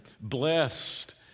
blessed